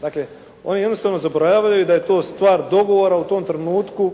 Dakle, oni jednostavno zaboravljaju da je to stvar dogovora u tom trenutku.